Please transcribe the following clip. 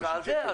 אני יודע.